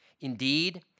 Indeed